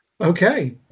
Okay